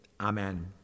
amen